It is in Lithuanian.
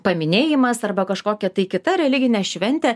paminėjimas arba kažkokia tai kita religinė šventė